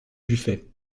buffet